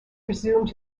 resumed